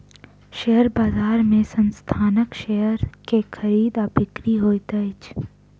share बजार में संस्थानक शेयर के खरीद आ बिक्री होइत अछि